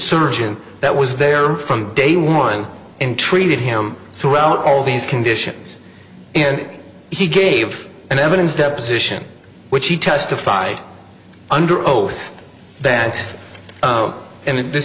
surgeon that was there from day one and treated him throughout all these conditions and he gave an evidence deposition which he testified under oath that and this